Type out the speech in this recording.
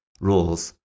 rules